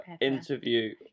Interview